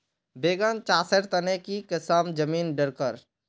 बैगन चासेर तने की किसम जमीन डरकर?